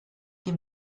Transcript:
dem